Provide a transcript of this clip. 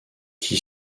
qui